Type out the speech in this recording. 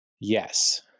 Yes